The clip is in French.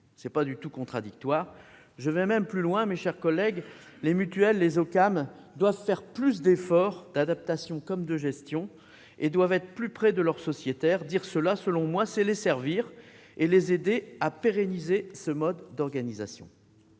ce n'est pas contradictoire, mais j'irai même plus loin : les mutuelles et OCAM doivent faire plus d'efforts d'adaptation comme de gestion et être plus proches de leurs sociétaires ; dire cela, selon moi, c'est les servir et les aider à pérenniser ce mode d'organisation.